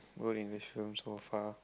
good English films so far